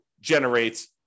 generate